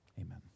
Amen